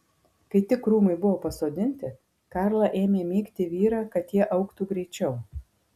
kai tik krūmai buvo pasodinti karla ėmė mygti vyrą kad tie augtų greičiau